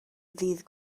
ddydd